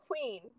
Queen